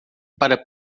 para